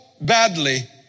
badly